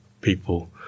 people